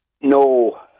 No